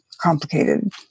complicated